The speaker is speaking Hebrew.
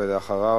ואחריו,